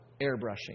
airbrushing